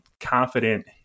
confident